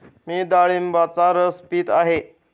मी डाळिंबाचा रस पीत आहे